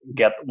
get